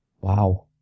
Wow